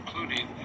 including